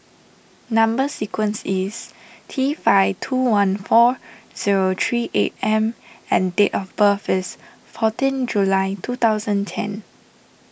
Number Sequence is T five two one four zero three eight M and date of birth is fourteen July two thousand ten